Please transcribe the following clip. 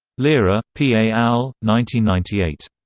lira, p. et al. ninety ninety eight.